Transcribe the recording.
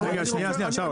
רגע שנייה שנייה שאול,